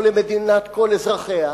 או למדינת כל אזרחיה,